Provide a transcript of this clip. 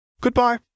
Goodbye